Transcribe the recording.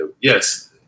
Yes